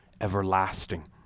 everlasting